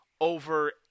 over